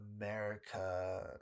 america